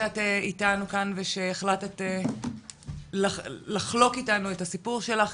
שאת איתנו כאן ושהחלטת לחלוק איתנו את הסיפור שלך,